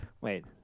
Wait